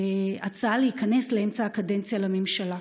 הצעה להיכנס באמצע הקדנציה לממשלה.